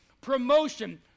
promotion